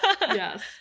Yes